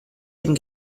dem